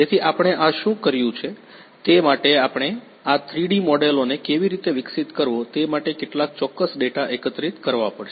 તેથી આપણે આ શું કર્યું તે માટે આપણે આ 3 ડી મોડેલોને કેવી રીતે વિકસિત કરવો તે માટે કેટલાક ચોક્કસ ડેટા એકત્રિત કરવા પડશે